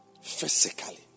Physically